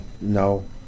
no